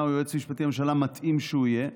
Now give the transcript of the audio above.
או כיועץ משפטי לממשלה מתאים שהוא יהיה,